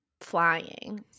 flying